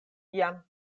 jam